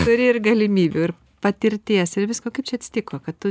turi ir galimybių ir patirties ir visko kaip čia atsitiko kad tu